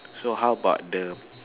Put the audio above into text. so how about the